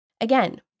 Again